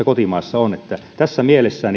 kotimaassa puhutaan tässä mielessä